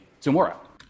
tomorrow